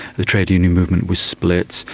the trade union movement was split.